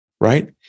Right